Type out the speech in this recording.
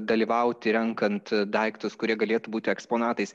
dalyvauti renkant daiktus kurie galėtų būti eksponatais